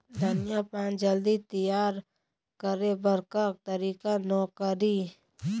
धनिया पान जल्दी तियार करे बर का तरीका नोकरी?